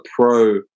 pro